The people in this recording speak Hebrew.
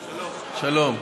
שלום.